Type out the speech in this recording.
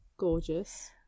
Gorgeous